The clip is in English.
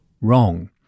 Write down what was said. wrong